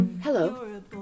Hello